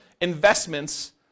investments